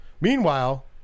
Meanwhile